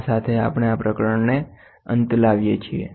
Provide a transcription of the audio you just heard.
આ સાથે આપણે આ પ્રકરણનો અંત લાવીએ છીએ